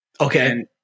Okay